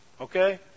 okay